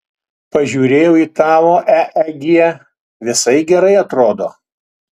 pažiūrėjau į tavo eeg visai gerai atrodo